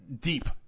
deep